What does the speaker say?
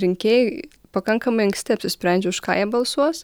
rinkėjai pakankamai anksti apsisprendžia už ką jie balsuos